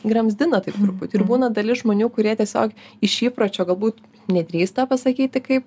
gramzdina taip truputį ir būna dalis žmonių kurie tiesiog iš įpročio galbūt nedrįsta pasakyti kaip